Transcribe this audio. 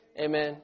Amen